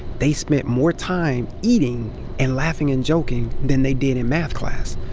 they spent more time eating and laughing and joking than they did in math class.